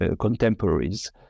contemporaries